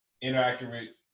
inaccurate